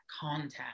contact